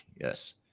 Yes